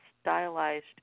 stylized